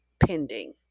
pending